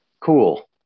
cool